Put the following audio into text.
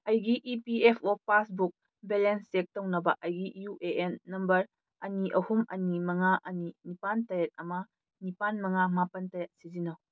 ꯑꯩꯒꯤ E P F O passbook balance check ꯇꯧꯅꯕ ꯑꯩꯒꯤ ꯌꯨ ꯑꯦ ꯑꯦꯟ ꯅꯝꯕꯔ ꯑꯅꯤ ꯑꯍꯨꯝ ꯑꯅꯤ ꯃꯉꯥ ꯑꯅꯤ ꯅꯤꯄꯥꯜ ꯇꯔꯦꯠ ꯑꯃ ꯅꯤꯄꯥꯜ ꯃꯉꯥ ꯃꯥꯄꯜ ꯇꯔꯦꯠ ꯁꯤꯖꯤꯟꯅꯧ